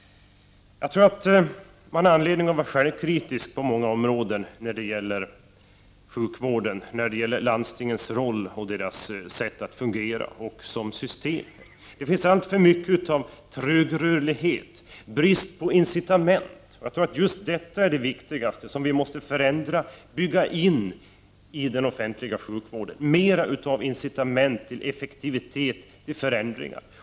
Jag tror att man på många områden har anledning att vara självkritisk när det gäller sjukvården, landstingens roll och deras sätt att fungera samt själva systemet. Det finns alltför mycket av tröghet och brist på incitament. Jag tror att just detta är det viktigaste. Vi måste i den offentliga sjukvården bygga in mera av incitament till effektivitet och förändringar.